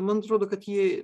man atrodo kad ji